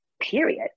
Period